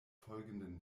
folgenden